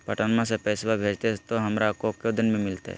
पटनमा से पैसबा भेजते तो हमारा को दिन मे मिलते?